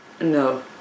No